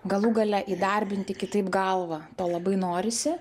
galų gale įdarbinti kitaip galvą to labai norisi